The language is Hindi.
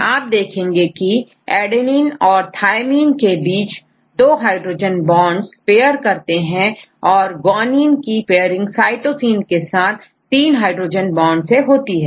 आप देखेंगे की adenine और thymineके बीच 2 हाइड्रोजन बॉन्ड्स pair करते हैं औरguanine कीpairing cytosine के साथ तीन हाइड्रोजन बांड से होती है